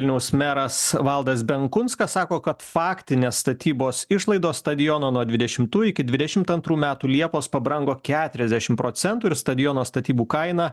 vilniaus meras valdas benkunskas sako kad faktinės statybos išlaidos stadiono nuo dvidešimtų iki dvidešimt antrų metų liepos pabrango keturiasdešim procentų ir stadiono statybų kaina